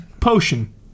potion